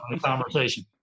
conversation